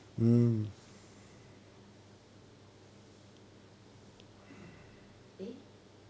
ya eh